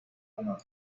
honor